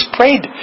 prayed